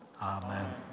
Amen